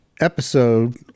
episode